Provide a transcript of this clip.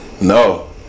No